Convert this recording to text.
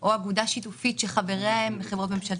או אגודה שיתופית שחבריה הם בחברות ממשלתיות,